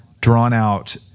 drawn-out